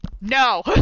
no